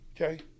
okay